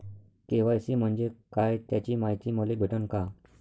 KYC म्हंजे काय त्याची मायती मले भेटन का?